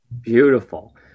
beautiful